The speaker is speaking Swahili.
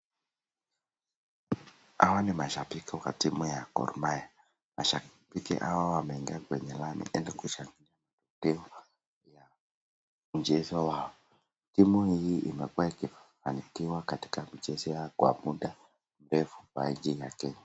Hawa ni mashabiki wa timu ya Gor Mahia, mashabiki hawa wameingia kwenye lami ili kushabikia timu ya mchezo wao, timu hii imekuwa ikifanikiwa katika michezo yao kwa muda mrefu kwa nchi ya Kenya.